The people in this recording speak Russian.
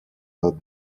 надо